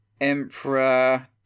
Emperor